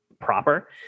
proper